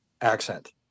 accent